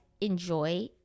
enjoy